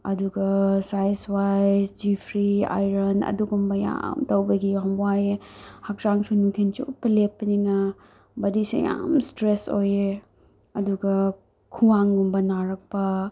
ꯑꯗꯨꯒ ꯁꯥꯏꯖꯋꯥꯏꯁ ꯖꯤꯐ꯭ꯔꯤ ꯑꯥꯏꯔꯟ ꯑꯗꯨꯒꯨꯝꯕ ꯌꯥꯝ ꯇꯧꯕꯒꯤ ꯌꯥꯝ ꯋꯥꯏꯑꯦ ꯍꯛꯆꯥꯡꯁꯨ ꯅꯨꯡꯊꯤꯜꯆꯨꯞꯄ ꯂꯦꯞꯄꯅꯤꯅ ꯃꯔꯤꯁꯦ ꯌꯥꯝ ꯏꯁꯇ꯭ꯔꯦꯁ ꯑꯣꯏꯑꯦ ꯑꯗꯨꯒ ꯈ꯭ꯋꯥꯡꯒꯨꯝꯕ ꯅꯥꯔꯛꯄ